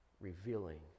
revealing